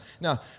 Now